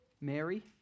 Mary